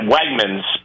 Wegmans